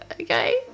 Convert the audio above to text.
Okay